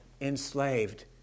enslaved